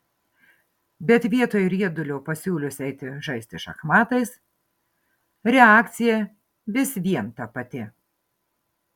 bet vietoj riedulio pasiūlius eiti žaisti šachmatais reakcija vis vien ta pati